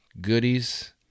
goodies